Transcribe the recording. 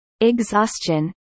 exhaustion